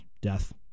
death